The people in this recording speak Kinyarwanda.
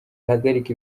ihagarika